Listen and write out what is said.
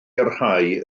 rhai